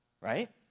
right